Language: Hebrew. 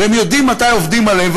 והם יודעים מתי עובדים עליהם.